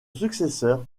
successeur